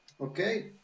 Okay